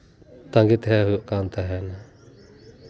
ᱛᱟᱸᱜᱤ ᱛᱟᱦᱮᱸ ᱦᱩᱭᱩᱜ ᱠᱟᱱ ᱛᱟᱦᱮᱱᱟ